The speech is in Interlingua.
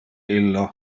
illo